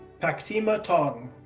pakteema tong,